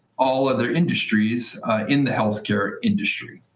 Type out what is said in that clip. all other industries in the health-care industry.